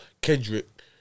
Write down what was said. Kendrick